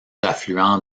affluent